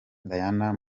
diana